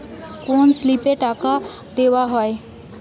কোন স্লিপে টাকা জমাদেওয়া হয়?